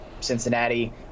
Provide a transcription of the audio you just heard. Cincinnati